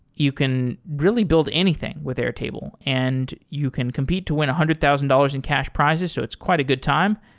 you can really build anything with airtable, and you can compete to win one hundred thousand dollars in cash prizes. so it's quite a good time.